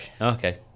Okay